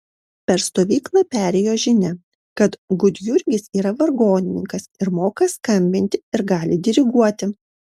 per stovyklą perėjo žinia kad gudjurgis yra vargonininkas ir moka skambinti ir gali diriguoti